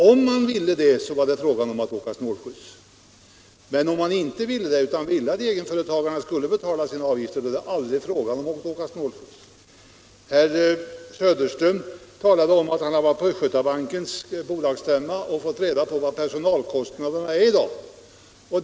Om de ville det, så var det fråga om att åka snålskjuts, i annat fall inte. Herr Söderström berättade att han varit på Östgötabankens bolagsstämma och där fått reda på vilka personalkostnader man i dag har.